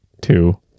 two